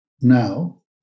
now